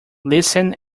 listen